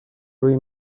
روی